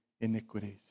iniquities